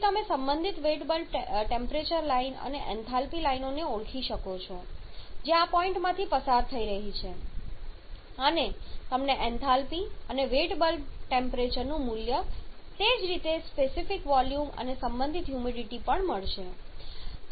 પછી તમે સંબંધિત વેટ બલ્બ ટેમ્પરેચર લાઈન અને એન્થાલ્પી લાઇનોને ઓળખી શકો છો જે આ પોઇન્ટમાંથી પસાર થઈ રહી છે અને તમને એન્થાલ્પી અને વેટ બલ્બ ટેમ્પરેચરનું મૂલ્ય તે જ રીતે સ્પેસિફિક વોલ્યુમ અને સંબંધિત હ્યુમિડિટી પણ મળશે